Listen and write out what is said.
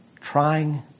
trying